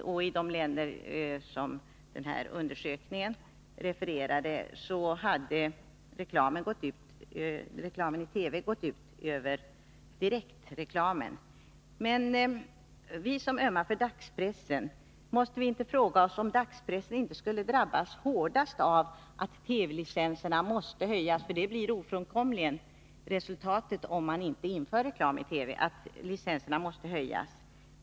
I de länder som den här undersökningen refererade hade reklamen i TV gått ut över direktreklamen. Men måste inte vi som ömmar för dagspressen fråga oss om dagspressen inte skulle drabbas hårdast av att TV-avgifterna måste höjas. Resultatet om vi inte inför reklam i TV blir ofrånkomligen att licensavgifterna måste höjas.